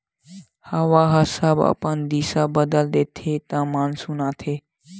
हवा ह जब अपन दिसा बदल देथे त मानसून आथे